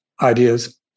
ideas